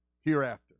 hereafter